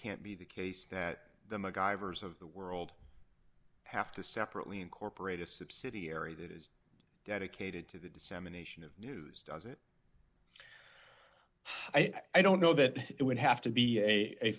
can't be the case that the macgyver is of the world have to separately incorporate a subsidiary that is dedicated to the dissemination of news does it i don't know that it would have to be a